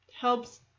helps